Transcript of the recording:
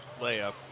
layup